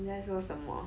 你在说什么